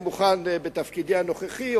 אני מוכן בתפקידי הנוכחי,